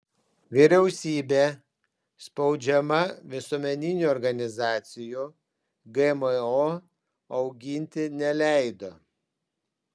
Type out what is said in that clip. vyriausybė spaudžiama visuomeninių organizacijų gmo auginti neleido